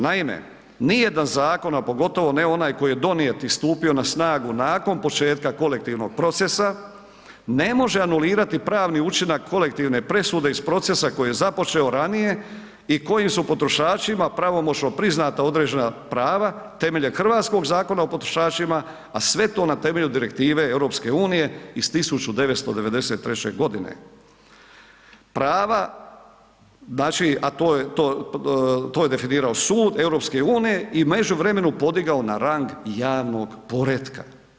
Naime, nijedan zakon, a pogotovo ne onaj koji je donijet i stupio na snagu nakon početka kolektivnog procesa, ne može anulirati pravni učinak kolektivne presude iz procesa koji je započeo ranije i koji su potrošačima pravomoćno priznata određena prava temeljem hrvatskog Zakona o potrošačima, a sve to na temelju Direktive EU iz 1993. g. Prava, znači, a to je definirao sud EU i u međuvremenu podigao na rang javnog poretka.